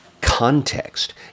context